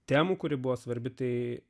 temų kuri buvo svarbi tai